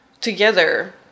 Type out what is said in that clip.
together